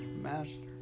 master